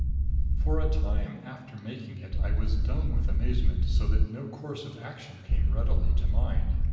for a time after making it i was dumb with amazement, so that no course of action came readily to mind.